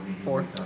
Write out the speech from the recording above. Four